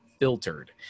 filtered